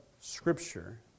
Scripture